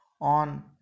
on